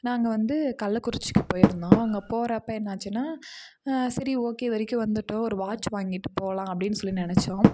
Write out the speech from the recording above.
நாங்கள் வந்து கள்ளக்குறிச்சிக்கு போயி இருந்தோம் அங்கே போறப்போ என்ன ஆச்சுன்னா சரி ஓகே இதுவரைக்கும் வந்து விட்டோம் ஒரு வாட்ச் வாங்கிட்டு போகலாம் அப்படின் சொல்லி நினைச்சோம்